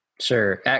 Sure